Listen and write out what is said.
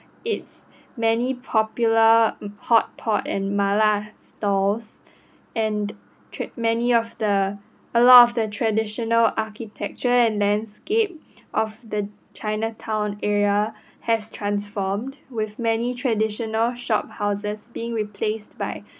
its many popular hotpot and mala stores and tra~ many of the a lot of the traditional architecture and landscape of the chinatown area has transformed with many traditional shophouses being replaced by